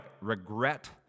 regret